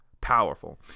powerful